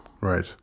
Right